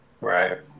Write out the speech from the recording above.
Right